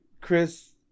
Chris